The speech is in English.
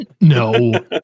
No